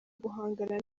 guhangana